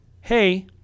hey